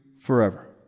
Forever